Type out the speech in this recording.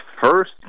first